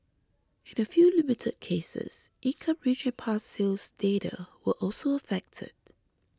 in a few limited cases income range and past sales data were also affected